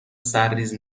سرریز